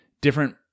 different